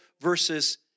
versus